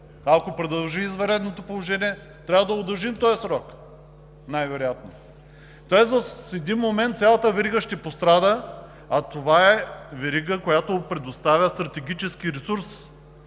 ако продължи извънредното положение, най-вероятно трябва да удължим този срок. Тоест в един момент цялата верига ще пострада, а това е верига, която предоставя стратегически ресурс